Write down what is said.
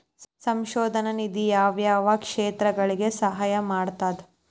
ಸಂಶೋಧನಾ ನಿಧಿ ಯಾವ್ಯಾವ ಕ್ಷೇತ್ರಗಳಿಗಿ ಸಹಾಯ ಮಾಡ್ತದ